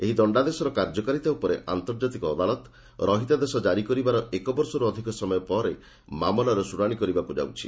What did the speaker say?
ଏହି ଦଶ୍ଡାଦେଶର କାର୍ଯ୍ୟକାରିତା ଉପରେ ଆନ୍ତର୍ଜାତିକ ଅଦାଲତ ରହିତାଦେଶ ଜାରି କରିବାର ଏକବର୍ଷରୁ ଅଧିକ ସମୟ ପରେ ମାମଲାର ଶୁଣାଣି କରିବାକୁ ଯାଉଛି